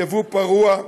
יבוא פרוע,